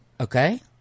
Okay